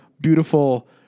beautiful